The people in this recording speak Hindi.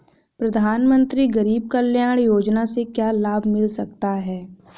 प्रधानमंत्री गरीब कल्याण योजना से क्या लाभ मिल सकता है?